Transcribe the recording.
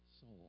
soul